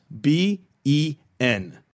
B-E-N